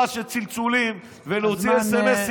דוד רעש וצלצולים ולהוציא סמ"ס,